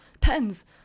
pens